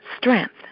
strength